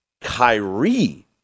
Kyrie